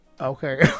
Okay